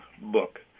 book